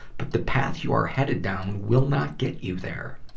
but the path you are headed down will not get you there.